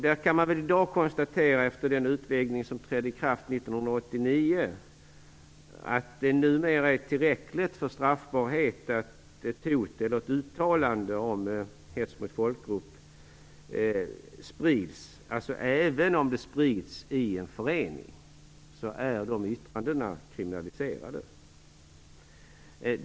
Man kan väl i dag konstatera att det efter den utvidgning som trädde i kraft 1989 numera är tillräckligt för straffbarhet att ett hot eller uttalande om hets mot folkgrupp sprids. Även om yttrandena sprids i en förening är de alltså kriminaliserade.